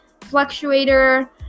Fluctuator